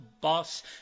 boss